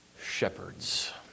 Shepherds